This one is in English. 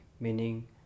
meaning